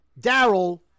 Daryl